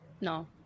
no